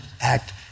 act